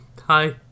Hi